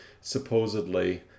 Supposedly